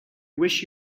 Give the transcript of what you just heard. wish